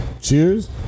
Cheers